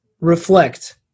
reflect